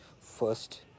first